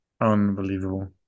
Unbelievable